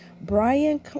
Brian